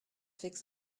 fixed